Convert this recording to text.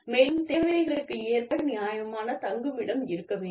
மேலும் தேவைகளுக்கு ஏற்ப நியாயமான தங்குமிடம் இருக்க வேண்டும்